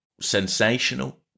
sensational